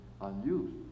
unused